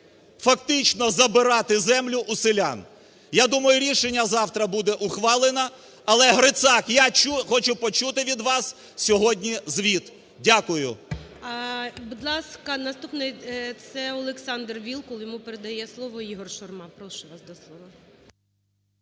фактично забирати землю у селян. Я думаю, рішення завтра буде ухвалено, але, Грицак, я хочу почути від вас сьогодні звіт. Дякую. ГОЛОВУЮЧИЙ. Будь ласка, наступний, це Олександр Вілкул, йому передає слово Ігор Шурма. Прошу вас до слова.